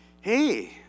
hey